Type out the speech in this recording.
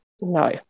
no